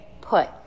put